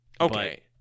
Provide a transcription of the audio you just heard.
Okay